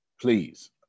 please